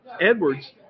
Edwards